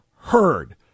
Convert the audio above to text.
heard